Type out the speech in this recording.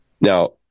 Now